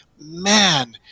man